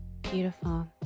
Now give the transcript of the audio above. beautiful